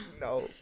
No